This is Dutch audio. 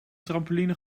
trampoline